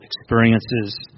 experiences